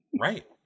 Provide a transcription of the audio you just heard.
Right